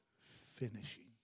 finishing